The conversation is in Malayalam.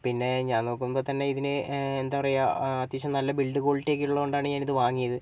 പിന്നെ ഞാൻ നോക്കുമ്പോൾ തന്നെ ഇതിനു എന്താ പറയാ അത്യാവശ്യം നല്ല ബിൽഡ് ക്വാളിറ്റി ഒക്കെ ഉള്ള കൊണ്ടാണ് ഞാനിതു വാങ്ങിയത്